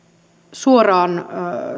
suoraan